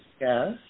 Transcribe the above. yes